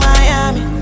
Miami